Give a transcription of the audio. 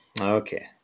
Okay